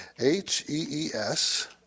H-E-E-S